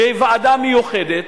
בוועדה מיוחדת.